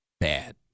Bad